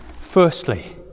firstly